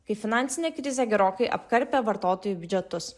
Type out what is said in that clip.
kai finansinė krizė gerokai apkarpė vartotojų biudžetus